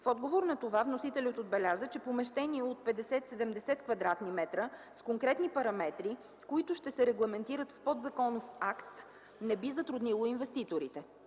В отговор на това, вносителят отбеляза, че помещение от 50-70 кв. м, с конкретни параметри, които ще се регламентират в подзаконов акт, не би затруднило инвеститорите.